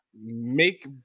make